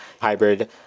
hybrid